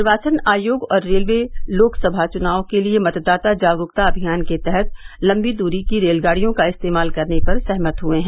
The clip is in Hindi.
निर्वाचन आयोग और रेलवे लोकसभा चुनाव के लिए मतदाता जागरूकता अभियान के तहत लम्बी दूरी की रेलगाडियों का इस्तेमाल करने पर सहमत हुए हैं